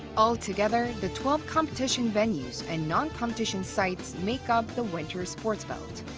altogether, the twelve competition venues and non-competition sites make up the winter sports belt.